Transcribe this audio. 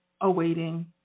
awaiting